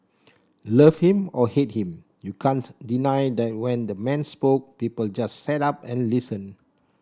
love him or hate him you can't deny that when the man spoke people just sat up and listened